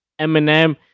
Eminem